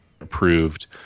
approved